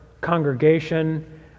congregation